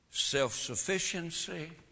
Self-sufficiency